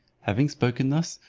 having spoken thus,